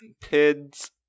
kids